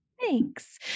Thanks